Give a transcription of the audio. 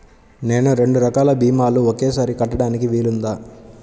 నేను రెండు రకాల భీమాలు ఒకేసారి కట్టడానికి వీలుందా?